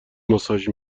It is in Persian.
ماساژ